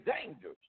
dangerous